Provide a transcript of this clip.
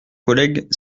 collègues